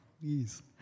Please